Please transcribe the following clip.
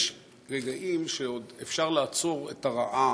יש רגעים שעוד אפשר לעצור את הרעה